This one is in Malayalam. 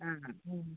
ആ